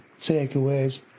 takeaways